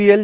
PL